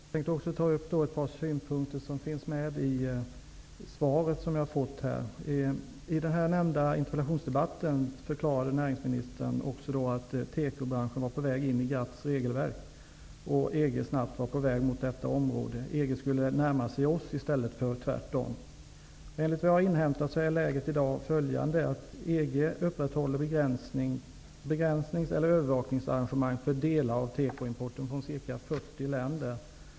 Herr talman! Jag vill också ta upp ett par synpunkter som fanns med i svaret. I den här nämnda interpellationsdebatten förklarade näringsministern också att tekobranschen var på väg in i GATT:s regelverk och att EG snabbt var på väg mot detta område. EG skulle närma sig oss i stället för tvärtom. Enligt uppgifter jag har inhämtat är läget i dag följande. EG upprätthåller begränsnings eller övervakningsarrangemang för delar av tekoimporten från ca 40 länder.